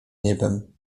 niebem